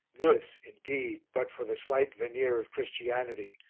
this, indeed, but for the slight veneer of christianity,